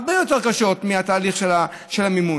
הרבה יותר קשות מהתהליך של המימון.